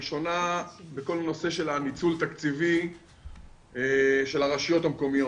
שיעבירו לנו את כל ההתחייבויות שהם העבירו לרשויות המקומיות